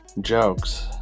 jokes